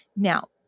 Now